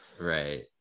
Right